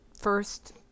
first